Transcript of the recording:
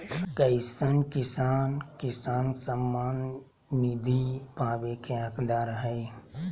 कईसन किसान किसान सम्मान निधि पावे के हकदार हय?